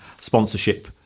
sponsorship